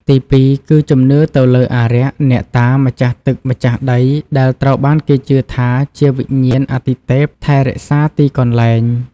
ទីពីរ គឺជំនឿទៅលើអារក្ស អ្នកតា ម្ចាស់ទឹកម្ចាស់ដីដែលត្រូវបានគេជឿថាជាវិញ្ញាណអាទិទេពថែរក្សាទីកន្លែង។